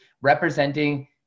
representing